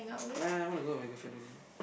nah I want to go out with my girlfriend only